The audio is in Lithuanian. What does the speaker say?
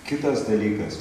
kitas dalykas